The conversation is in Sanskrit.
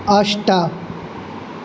अष्ट